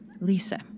Lisa